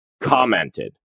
commented